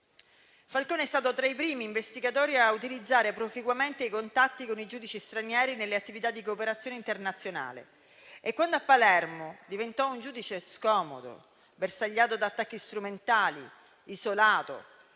Falcone è stato tra i primi investigatori a utilizzare proficuamente i contatti con i giudici stranieri nelle attività di cooperazione internazionale. Quando a Palermo diventò un giudice scomodo, bersagliato da attacchi strumentali, isolato,